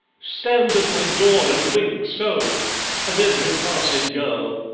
stand at my door and wink so at every passing girl?